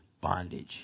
bondage